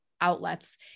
outlets